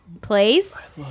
place